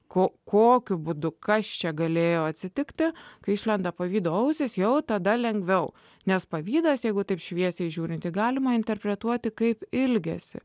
ko kokiu būdu kas čia galėjo atsitikti kai išlenda pavydo ausys jau tada lengviau nes pavydas jeigu taip šviesiai žiūrint galima interpretuoti kaip ilgesį